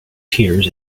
tears